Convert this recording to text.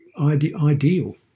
ideal